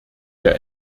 der